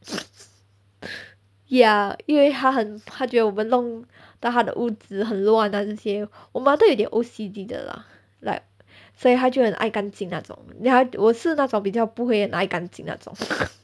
ya 因为她很她觉得我们弄到她的屋子很乱 ah 这些我 mother 会有一点 O_C_D 的 lah like 所以她就很爱干净那种 then !huh! 我是那种比较不会很爱干净那种